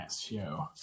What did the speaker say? show